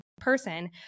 person